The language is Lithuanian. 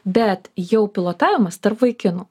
bet jau pilotavimas tarp vaikinų